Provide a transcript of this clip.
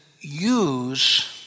use